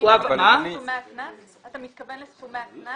אתה מתכוון לקנס?